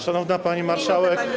Szanowna Pani Marszałek!